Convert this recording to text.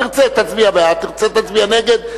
תרצה, תצביע בעד, תרצה, תצביע נגד.